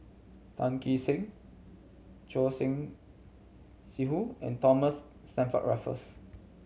Tan Kee Sek Choor Singh Sidhu and Thomas Stamford Raffles